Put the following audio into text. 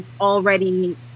already